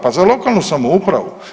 Pa za lokalnu samoupravu.